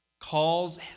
calls